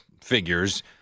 figures